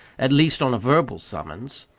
at least, on a verbal summons,